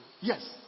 Yes